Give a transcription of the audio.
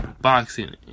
boxing